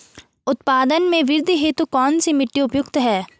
उत्पादन में वृद्धि हेतु कौन सी मिट्टी उपयुक्त है?